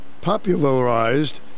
popularized